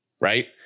right